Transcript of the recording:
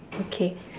okay